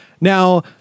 Now